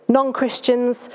non-Christians